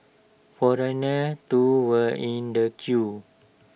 foreigners too were in the queue